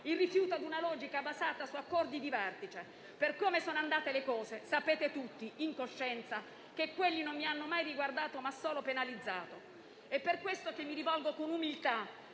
il rifiuto di una logica basata su accordi di vertice. Per come sono andate le cose sapete tutti, in coscienza, che quelli non mi hanno mai riguardato, ma solo penalizzato. Per questo mi rivolgo con umiltà